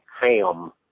ham